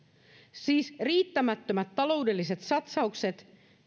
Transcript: siis riittämättömät taloudelliset satsaukset